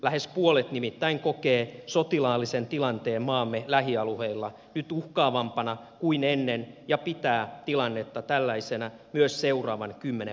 lähes puolet nimittäin kokee sotilaallisen tilanteen maamme lähialueilla nyt uhkaavampana kuin ennen ja pitää tilannetta tällaisena myös seuraavan kymmenen vuoden aikana